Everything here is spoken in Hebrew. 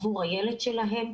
עבור הילד שלהם,